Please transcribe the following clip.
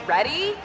Ready